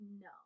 no